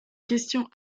questions